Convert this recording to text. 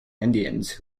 indians